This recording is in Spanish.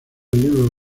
libro